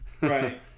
Right